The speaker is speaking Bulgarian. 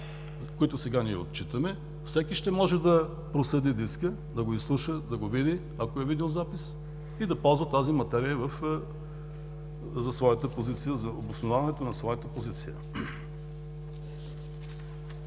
които сега ние отчитаме – всеки ще може да проследи диска, да го изслуша, да го види, ако е видеозапис, и да ползва тази материя за обосноваването на своята позиция.